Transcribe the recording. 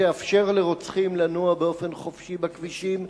שתאפשר לרוצחים לנוע באופן חופשי בכבישים,